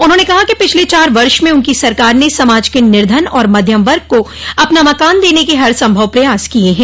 उन्होंने कहा कि पिछले चार वर्ष में उनकी सरकार ने समाज के निर्धन और मध्यम वर्ग को अपना मकान देने के हरसंभव प्रयास किए हैं